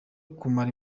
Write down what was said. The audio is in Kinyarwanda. kumara